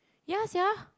ya sia